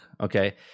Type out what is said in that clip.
okay